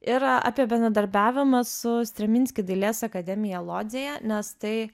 yra apie bendradarbiavimą su streminski dailės akademija lodzėje nes tai